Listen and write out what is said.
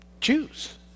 choose